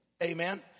amen